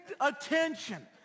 attention